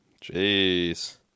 Jeez